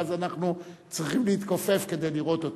ואז אנחנו צריכים להתכופף כדי לראות אותו.